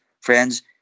Friends